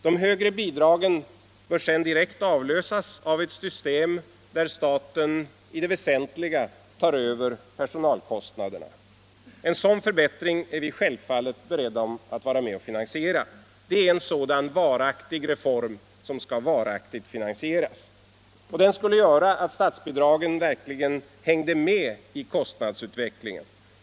De högre bidragen bör sedan direkt avlösas av ett system där staten i det väsentliga tar över personalkostnaderna. En sådan förbättring är vi självfallet beredda att vara med att finansiera. Det är en sådan varaktig reform som skall varaktigt finansieras. Den skulle göra att statsbidragen verkligen hängde med i kostnadsutvecklingen.